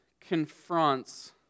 confronts